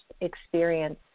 experience